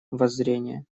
воззрения